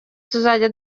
tuzajya